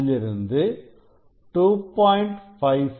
அதிலிருந்து 2